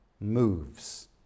moves